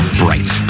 bright